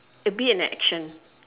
it'll be an action